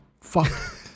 fuck